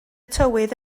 tywydd